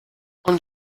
und